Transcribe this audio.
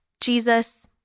Jesus